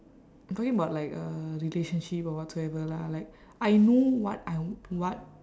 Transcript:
I'm talking about like a relationship or whatsoever lah like I know what I what